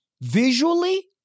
visually